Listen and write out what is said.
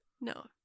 No